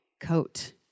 coat